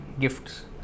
gifts